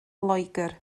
loegr